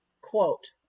quote